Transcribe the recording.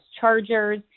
chargers